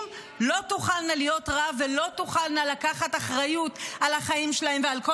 לא תוכלנה להיות רב ולא תוכלנה לקחת אחריות על החיים שלהן ועל כל